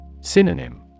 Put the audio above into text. Synonym